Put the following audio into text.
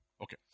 Okay